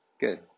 Good